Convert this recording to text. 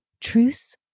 Truce